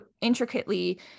intricately